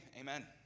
amen